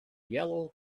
yellow